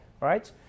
right